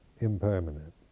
impermanent